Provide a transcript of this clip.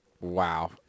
Wow